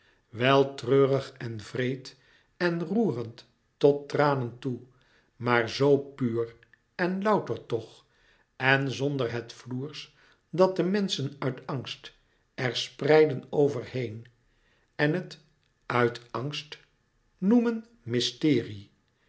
wel treurig en wreed en roerend tot tranen toe maar z puur en louter toch en zonder het floers dat de menschen uit angst er spreiden over heen en het uit angst noemen mysterie